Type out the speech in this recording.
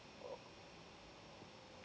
oh